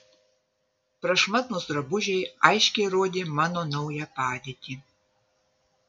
prašmatnūs drabužiai aiškiai rodė mano naują padėtį